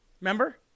Remember